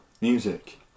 music